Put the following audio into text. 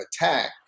attack